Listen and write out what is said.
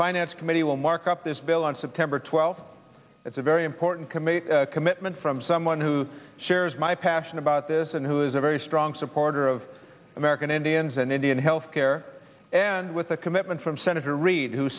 finance committee will mark up this bill on september twelfth that's a very important committee commitment from someone who shares my passion about this and who is a very strong supporter of american indians and indian health care and with a commitment from senator reid who